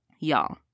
Y'all